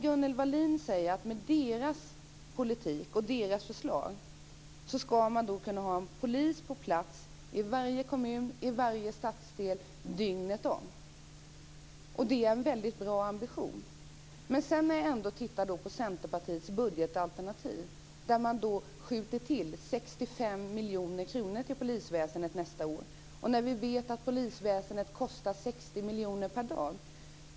Gunnel Wallin säger att med deras politik och deras förslag ska man kunna ha en polis på plats i varje kommun och i varje stadsdel dygnet runt. Det är en väldigt bra ambition. Men när jag tittar på Centerpartiets budgetalternativ ser jag att man skjuter till 65 miljoner kronor till polisväsendet nästa år. Vi vet att polisväsendet kostar 60 miljoner per dag.